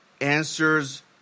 answers